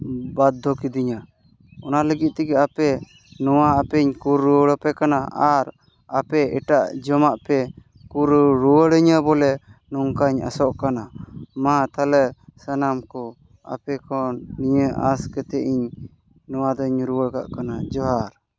ᱵᱟᱫᱽᱫᱷᱚ ᱠᱤᱫᱤᱧᱟ ᱚᱱᱟ ᱞᱟᱹᱜᱤᱫ ᱛᱮᱜᱮ ᱟᱯᱮ ᱱᱚᱣᱟ ᱟᱯᱮᱧ ᱠᱩᱞ ᱨᱩᱣᱟᱹᱲᱟᱯᱮ ᱠᱟᱱᱟ ᱟᱨ ᱟᱯᱮ ᱮᱴᱟᱜ ᱡᱚᱢᱟᱜ ᱯᱮ ᱠᱩᱞ ᱨᱩᱣᱟᱹᱲᱤᱧᱟ ᱵᱚᱞᱮ ᱱᱚᱝᱠᱟᱧ ᱟᱥᱚᱜ ᱠᱟᱱᱟ ᱢᱟ ᱛᱟᱦᱚᱞᱮ ᱥᱟᱱᱟᱢ ᱠᱚ ᱟᱯᱮ ᱠᱷᱚᱱ ᱱᱤᱭᱟᱹ ᱟᱸᱥ ᱠᱟᱛᱮ ᱤᱧ ᱱᱚᱣᱟ ᱫᱚᱧ ᱨᱩᱣᱟᱹᱲ ᱠᱟᱜ ᱠᱟᱱᱟ ᱡᱚᱦᱟᱨ